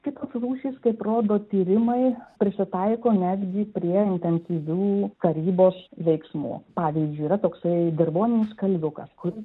kitos rūšys kaip rodo tyrimai prisitaiko netgi prie intensyvių karybos veiksmų pavyzdžiui yra toksai dirvoninis kalviukas kur